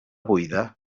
buida